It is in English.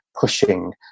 pushing